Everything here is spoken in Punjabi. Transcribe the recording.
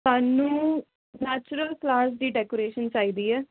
ਸਾਨੂੰ ਨੈਚੁਰਲ ਫਲਾਸ ਦੀ ਡੈਕੋਰੇਸ਼ਨ ਚਾਹੀਦੀ ਹੈ